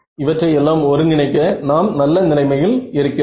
இவற்றை எல்லாம் ஒருங்கிணைக்க நான் நல்ல நிலைமையில் இருக்கிறோம்